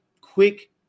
quick